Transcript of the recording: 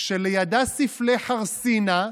כשלידה ספלי חרסינה,